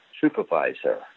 supervisor